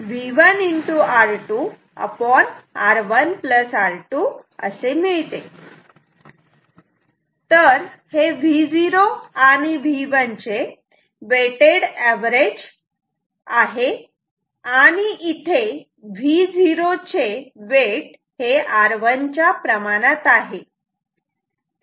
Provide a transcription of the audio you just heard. तर हे Vo आणि V1 चे वेटेड अवरेज आहे आणि इथे Vo चे वेट R1 च्या प्रमाणात आहे